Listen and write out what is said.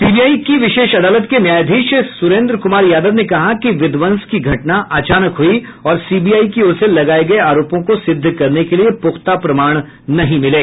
CBI विशेष अदालत के न्यायाधीश सुरेन्द्र कुमार यादव ने कहा कि विध्वंस की घटना अचानक हुई और सीबीआई की ओर से लगाए गए आरोपों को सिद्ध करने के लिए पुख्ता प्रमाण नहीं मिले